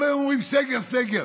כל היום אומרים: סגר, סגר.